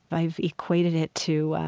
i've equated it to,